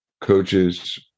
coaches